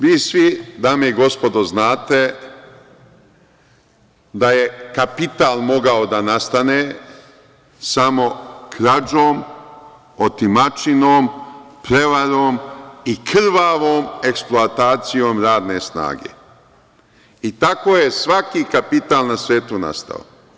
Vi svi, dame i gospodo, znate da je kapital mogao da nastane samo krađom, otimačinom, prevarom i krvavom eksploatacijom radne snage i tako je svaki kapital na svetu nastao.